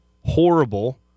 horrible